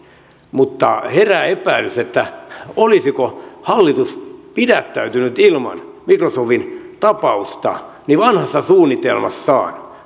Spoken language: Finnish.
mutta herää epäilys olisiko hallitus pitäytynyt ilman microsoftin tapausta vanhassa suunnitelmassaan